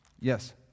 yes